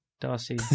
Darcy